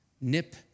nip